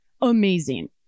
amazing